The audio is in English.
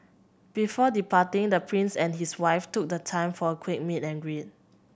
before departing the Prince and his wife took the time for a quick meet and greet